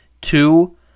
two